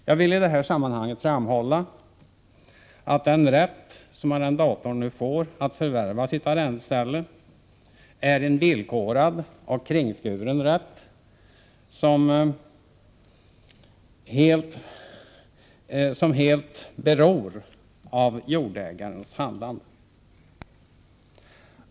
Jag villi detta sammanhang framhålla att den rätt som arrendator nu får att förvärva sitt arrendeställe är en villkorad och kringskuren rätt som helt beror på jordägarens handlande.